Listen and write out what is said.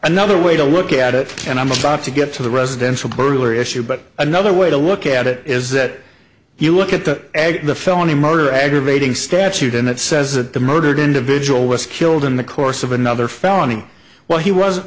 another way to look at it and i'm about to get to the residential burglary issue but another way to look at it is that you look at the ag the felony murder aggravating statute and it says that the murdered individual was killed in the course of another felony well he wasn't